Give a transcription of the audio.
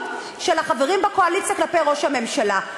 של החברים בקואליציה כלפי ראש הממשלה.